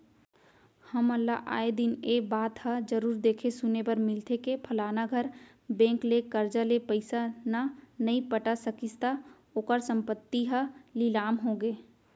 हमन ल आय दिन ए बात ह जरुर देखे सुने बर मिलथे के फलाना घर बेंक ले करजा ले पइसा न नइ पटा सकिस त ओखर संपत्ति ह लिलाम होगे